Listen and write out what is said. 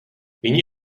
nyní